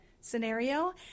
scenario